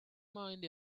mind